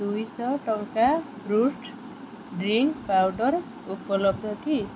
ଦୁଇଶହ ଟଙ୍କା ବ୍ରୁଟ୍ ଡ୍ରିଙ୍କ୍ ପାଉଡ଼ର୍ ଉପଲବ୍ଧ କି